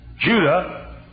Judah